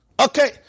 Okay